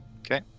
Okay